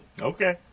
okay